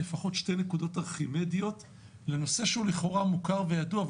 שתי נקודות ארכימדיות לנושא שהוא לכאורה מוכר וידוע: